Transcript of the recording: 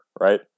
right